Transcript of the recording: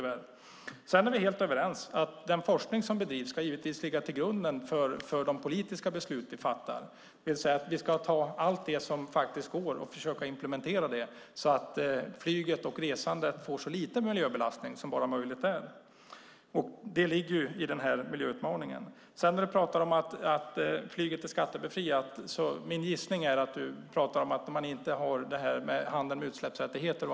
Vi är helt överens om att den forskning som bedrivs ska ligga till grund för de politiska beslut vi fattar. Vi ska ta allt som går och försöka implementera det så att flyget och resandet belastar miljön så lite som möjligt. Det ligger i miljöutmaningen. När Annika Lillemets säger att flyget är skattebefriat antar jag att hon menar att flyget inte belastas av handeln med utsläppsrätter.